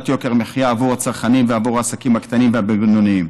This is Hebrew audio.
יוקר המחיה עבור הצרכנים ועבור העסקים הקטנים והבינוניים.